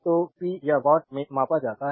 तो पी या वाट में मापा जाता है